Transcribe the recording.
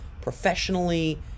professionally